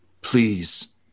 Please